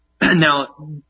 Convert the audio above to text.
Now